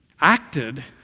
acted